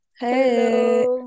Hey